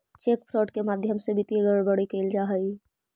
cheque fraud के माध्यम से वित्तीय गड़बड़ी कैल जा हइ